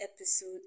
episode